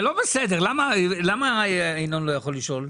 זה לא בסדר, למה ינון לא יכול לשאול?